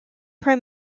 prime